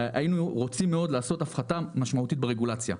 והיינו רוצים מאוד לעשות הפחתה ניכרת ברגולציה.